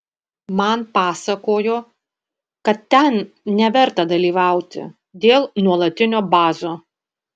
man pasakojo kad ten neverta dalyvauti dėl nuolatinio bazo